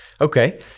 Okay